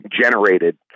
generated